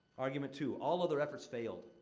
argument two, all other efforts failed.